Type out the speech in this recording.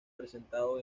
presentando